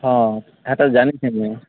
ହଁ ହେଟା ଜାନିଚେଁ ମୁଇଁ